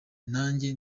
najye